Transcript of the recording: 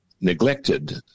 neglected